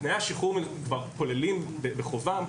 תנאי השחרור כוללים בחובם,